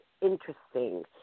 interesting